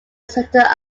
centre